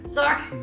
Sorry